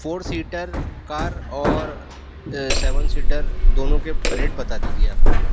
four seater car اور seven seater دونوں کے ریٹ بتا دیجیے آپ مجھے